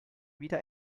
wieder